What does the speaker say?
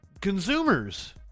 consumers